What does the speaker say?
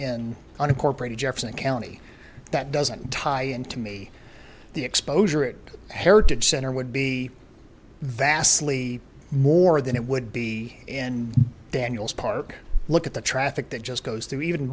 in unincorporated jefferson county that doesn't tie into me the exposure at heritage center would be vastly more than it would be in daniels park look at the traffic that just goes to even